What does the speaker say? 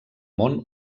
món